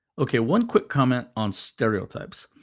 ok, one quick comment on stereotypes.